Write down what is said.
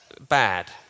bad